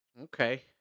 Okay